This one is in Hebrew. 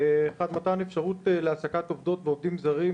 עד מתן אפשרות להעסקת עובדות ועובדים זרים,